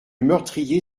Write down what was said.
meurtrier